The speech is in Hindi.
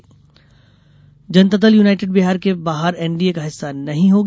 जेडीयू बैठक जनता दल यूनाइटेड बिहार के बाहर एनडीए का हिस्सा नहीं होगी